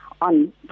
On